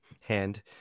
hand